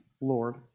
Lord